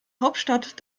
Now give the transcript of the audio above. hauptstadt